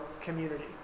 community